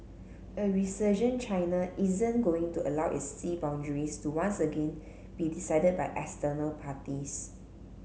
a resurgent China isn't going to allow its sea boundaries to once again be decided by external parties